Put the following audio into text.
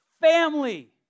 family